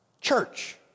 church